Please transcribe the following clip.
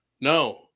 no